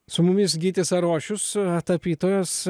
su mumis gytis arošius tapytojas